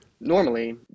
normally